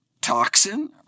toxin